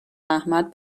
احمد